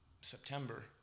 September